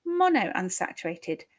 monounsaturated